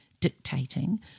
dictating